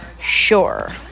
sure